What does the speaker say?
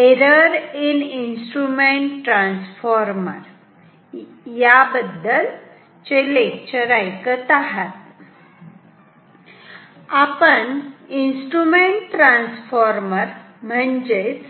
error in instrument transformer नमस्कार आपण instrument transformer म्हणजेच